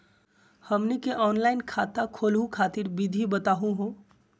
हमनी के ऑनलाइन खाता खोलहु खातिर विधि बताहु हो?